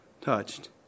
touched